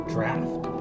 Draft